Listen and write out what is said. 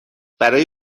برای